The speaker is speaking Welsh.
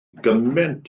gymaint